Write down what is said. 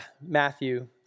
Matthew